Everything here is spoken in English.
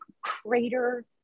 crater